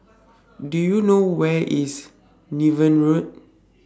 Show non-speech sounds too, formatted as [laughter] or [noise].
[noise] Do YOU know Where IS Niven Road